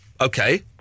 Okay